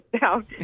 down